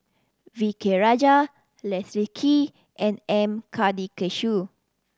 V K Rajah Leslie Kee and M Karthigesu